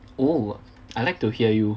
oh I like to hear you